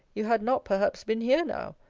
you had not perhaps been here now.